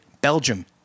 Belgium